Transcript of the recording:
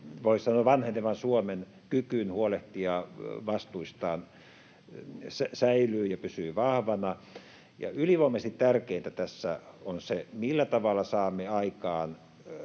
voisi sanoa, vanhenevan Suomen — kykyyn huolehtia vastuistaan säilyy ja pysyy vahvana. Ylivoimaisesti tärkeintä tässä on, millä tavalla saamme aikaan